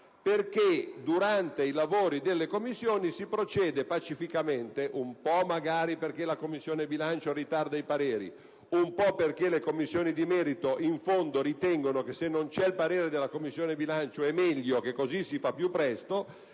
Perché durante i lavori delle Commissioni si procede pacificamente, un po' magari perché la Commissione bilancio ritarda i pareri, un po' perché le Commissioni di merito in fondo ritengono che la mancanza del parere della Commissione bilancio permetta di procedere